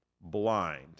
blind